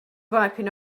wiping